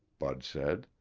bud said.